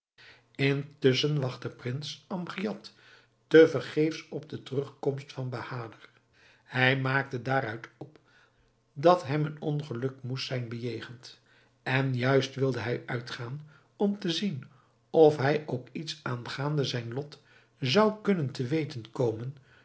intusschen wachtte prins amgiad te vergeefs op de terugkomst van bahader hij maakte daaruit op dat hem een ongeluk moest zijn bejegend en juist wilde hij uitgaan om te zien of hij ook iets aangaande zijn lot zou kunnen te weten komen